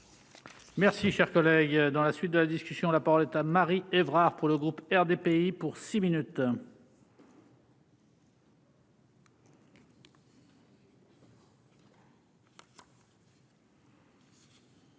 Merci, cher collègue, dans la suite de la discussion, la parole est Marie Évrard pour le groupe RDPI pour 6 minutes.